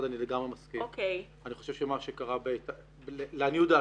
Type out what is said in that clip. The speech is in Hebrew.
לעניות דעתי,